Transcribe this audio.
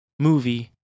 Movie